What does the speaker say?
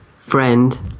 friend